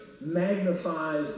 magnifies